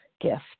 gift